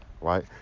right